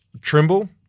Trimble